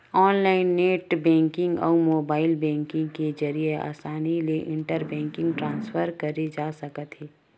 online net banking अउ mobile banking के जरिए असानी ले इंटर बेंकिंग ट्रांसफर करे जा सकत हे